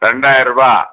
ரெண்டாயர்ரூபா